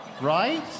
right